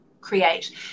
create